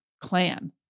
clan